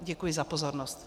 Děkuji za pozornost.